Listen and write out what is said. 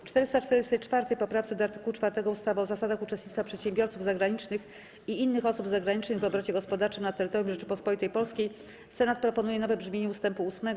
W 444. poprawce do art. 4 ustawy o zasadach uczestnictwa przedsiębiorców zagranicznych i innych osób zagranicznych w obrocie gospodarczym na terytorium Rzeczypospolitej Polskiej Senat proponuje nowe brzmienie ust. 8.